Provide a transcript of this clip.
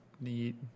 need